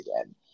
again